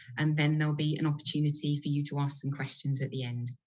and then there will be an opportunity for you to ask some questions at the end.